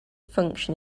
function